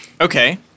Okay